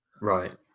Right